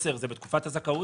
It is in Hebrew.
(10) זה בתקופת הזכאות.